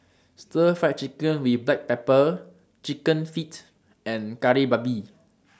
Stir Fry Chicken with Black Pepper Chicken Feet and Kari Babi